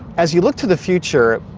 as you look to the future,